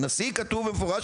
הנשיא כתוב במפורש,